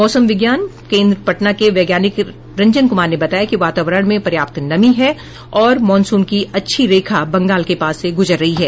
मौसम विज्ञान केन्द्र पटना के वैज्ञानिक रंजन क्मार ने बताया कि वातावरण में पर्याप्त नमी है और मॉनसून की अच्छी रेखा बंगाल के पास से गुजर रही है